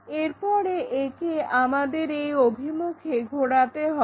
এরপরে একে আমাদের ওই অভিমুখে ঘোরাতে হবে